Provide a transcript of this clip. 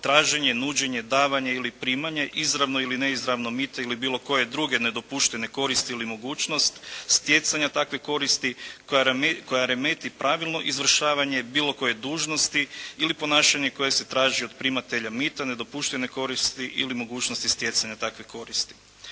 traženje, nuđenje ili davanje ili primanje, izravno ili neizravno mito ili bilo koje druge nedopuštene koristi ili mogućnost stjecanja takve koristi koja remeti pravilno izvršavanje bilo koje dužnosti ili ponašanje koje se traži od primatelja mita, nedopuštene koristi ili mogućnosti stjecanja takve koristi.